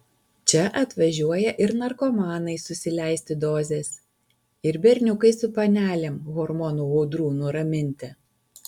čia atvažiuoja ir narkomanai susileisti dozės ir berniukai su panelėm hormonų audrų nuraminti